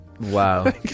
Wow